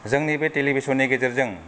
जोंनि बे टेलिभिसननि गेजेरजों